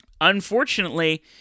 Unfortunately